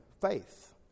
faith